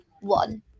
One